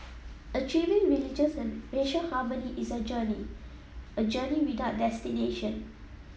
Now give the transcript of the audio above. achieving religious and racial harmony is a journey a journey without destination